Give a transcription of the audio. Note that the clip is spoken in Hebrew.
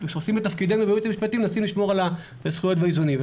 עושים את תפקידנו בייעוץ המשפטי ומנסים לשמור על הזכויות והאיזונים.